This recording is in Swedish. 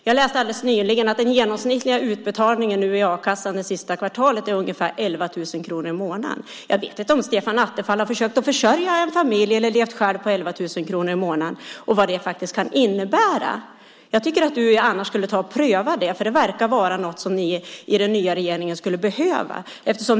Jag läste alldeles nyligen att den genomsnittliga utbetalningen från a-kassan det senaste kvartalet var ungefär 11 000 kronor i månaden. Jag vet inte om Stefan Attefall har försökt att försörja en familj eller levt själv på 11 000 kronor i månaden och vet vad det kan innebära. Jag tycker att du skulle pröva det. Det verkar vara något som ni i den nya regeringen skulle behöva.